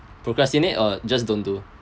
procrastinate or just don't do